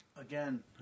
again